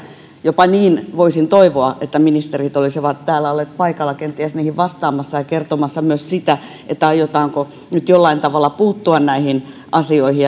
jopa niin voisin toivoa että ministerit olisivat täällä olleet paikalla kenties niihin vastaamassa ja kertomassa myös siitä aiotaanko nyt jollain tavalla puuttua näihin asioihin